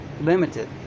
limited